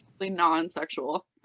non-sexual